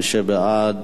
מי שבעד,